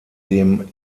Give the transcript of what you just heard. dem